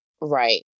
Right